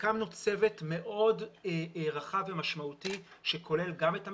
הקמנו צוות מאוד רחב ומשמעותי שכולל גם את המשרד,